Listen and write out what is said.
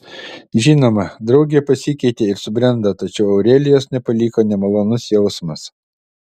žinoma draugė pasikeitė ir subrendo tačiau aurelijos nepaliko nemalonus jausmas